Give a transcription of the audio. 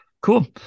Cool